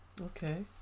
Okay